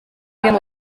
rimwe